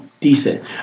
decent